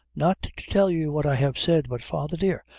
not to tell you what i have said, but, father, dear,